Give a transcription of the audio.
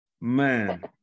Man